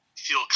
feel